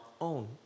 own